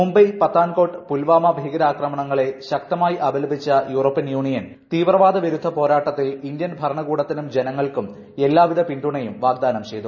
മുംബൈ പത്താൻക്ടോട്ട് പുൽവാമ ഭീകരാക്രമണങ്ങളെ ശക്തമായി അപലപിച്ച് യൂറോപ്യൻ യൂണിയൻ തീവ്രവാദ വിരുദ്ധ പോരാട്ടത്തിൽ ഇന്ത്യൻ ഭരണകൂടത്തിനും ജനങ്ങൾക്കും എല്ലാവിധ പിന്തുണയും വാഗ്ദാനം ചെയ്തു